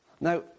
Now